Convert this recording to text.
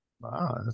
Wow